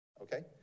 okay